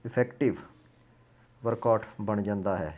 effective workout ਬਣ ਜਾਂਦਾ ਹੈ